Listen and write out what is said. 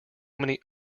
many